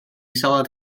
salad